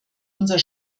unser